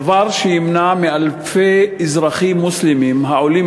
דבר שימנע מאלפי אזרחים מוסלמים העולים